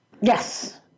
Yes